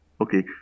Okay